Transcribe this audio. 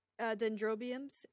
dendrobiums